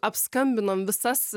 apskambinom visas